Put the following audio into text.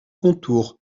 contour